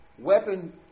weapon